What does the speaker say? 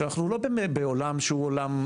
אנחנו לא באמת בעולם סגור.